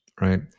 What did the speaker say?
right